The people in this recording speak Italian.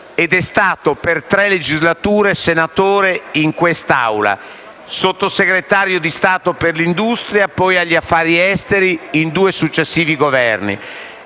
ed è stato per tre legislature senatore in quest'Assemblea. Sottosegretario di Stato per l'industria, poi agli affari esteri in due successivi Governi,